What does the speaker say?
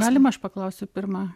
galima aš paklausiu pirma